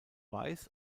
weiß